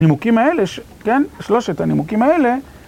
נימוקים האלה, כן? שלושת הנימוקים האלה.